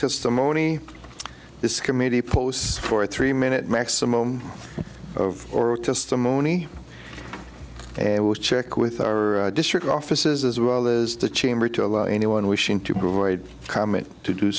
testimony this committee posts for a three minute maximum of oral testimony and will check with our district offices as well as the chamber to allow anyone wishing to group comment to do